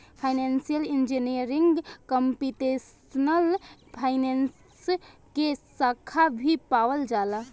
financial engineering computational finance के साखा भी पावल जाला